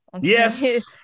Yes